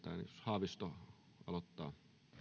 haavisto aloittaa